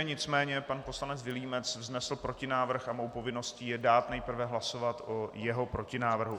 Nicméně pan poslanec Vilímec vznesl protinávrh a mou povinností je dát nejprve hlasovat o jeho protinávrhu.